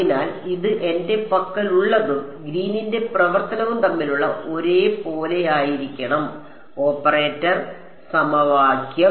അതിനാൽ ഇത് എന്റെ പക്കലുള്ളതും ഗ്രീനിന്റെ പ്രവർത്തനവും തമ്മിലുള്ള ഒരേപോലെയായിരിക്കണം ഓപ്പറേറ്റർ സമവാക്യം